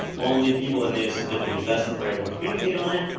only people that made a significant investment were able to communicate on it,